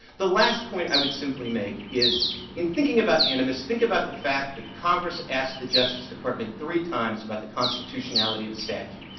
the last point i would simply make is in thinking about animus, think about the fact that congress asked the justice department three times about the constitutionality of the statute.